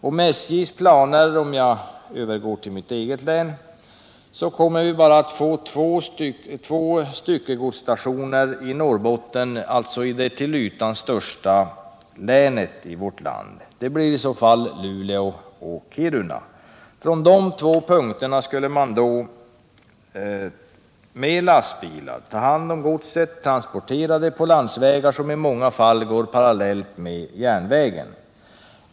Om SJ:s planer fullföljs kommer vi i Norrbotten att få bara två styckegodsstationer, alltså i det till ytan största länet i vårt land. Det blir i så fall i Luleå och Kiruna. Från de två punkterna skulle man då ta hand om godset med lastbil och transportera det på landsvägar som i många fall går parallellt med järnvägen.